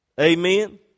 Amen